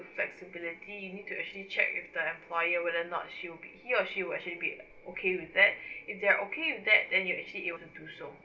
flexibility you need to actually check with the employer whether not she will be he or she will actually be okay with that if they're okay that then you actually be able to do so